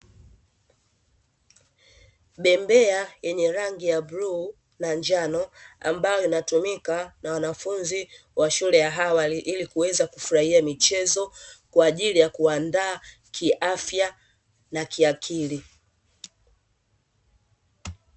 Bembea yenye rangi ya bluu, na njano, ambayo inatumika na wanafunzi wa shule ya awali ili kuweza kufurahia michezo, kwa ajili ya kuwaandaa kiafya na kiakili.